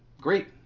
Great